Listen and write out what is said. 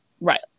Right